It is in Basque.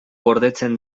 gordetzen